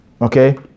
okay